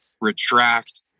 retract